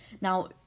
Now